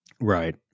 right